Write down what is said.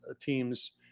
teams